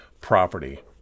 property